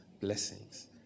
blessings